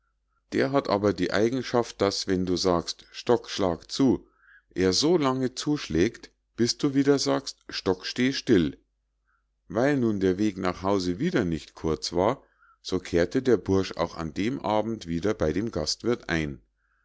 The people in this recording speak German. der hat aber die eigenschaft daß wenn du sagst stock schlag zu er so lange zuschlägt bis du wieder sagst stock steh still weil nun der weg nach hause wieder nicht kurz war so kehrte der bursch auch an dem abend wieder bei dem gastwirth ein